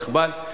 היאחב"ל,